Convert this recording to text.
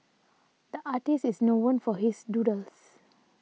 the artist is known for his doodles